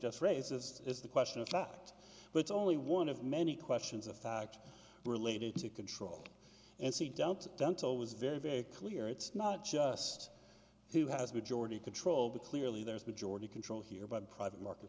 just raised this is the question of fact but it's only one of many questions of fact related to control and see don't dental was very very clear it's not just who has majority control the clearly there is majority control here by private market